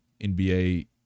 NBA